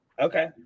Okay